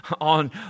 on